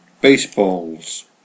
baseballs